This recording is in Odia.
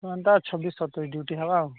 ହେନ୍ତା ଛବିଶ୍ ସତେଇଶ ଡ୍ୟୁଟି ହେବା ଆଉ